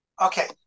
Okay